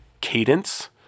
cadence